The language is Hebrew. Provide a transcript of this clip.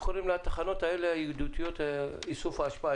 לו בתחנות הידידותיות האלה לאיסוף אשפה,